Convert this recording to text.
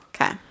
Okay